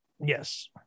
Yes